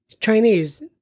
Chinese